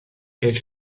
elle